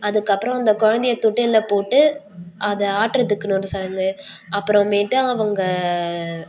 அதுக்கப்புறம் அந்த கொழந்தைய தொட்டிலில் போட்டு அதை ஆட்டுறத்துக்குன்னு ஒரு சடங்கு அப்புறமேட்டு அவங்க